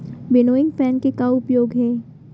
Winnowing fan के का उपयोग हे?